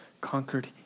conquered